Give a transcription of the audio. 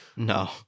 No